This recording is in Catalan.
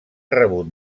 rebut